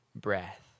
breath